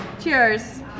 Cheers